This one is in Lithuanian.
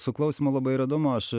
su klausymu labai yra įdomu aš